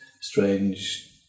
strange